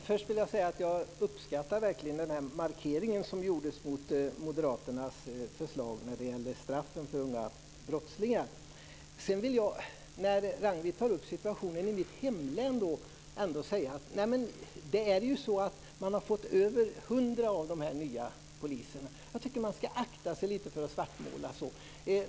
Fru talman! Jag uppskattar verkligen markeringen som gjordes mot moderaternas förslag om straffen för unga brottslingar. Ragnwi Marcelind tar upp situationen i mitt hemlän. Man har fått över 100 nya poliser. Jag tycker att vi ska akta oss för att svartmåla så.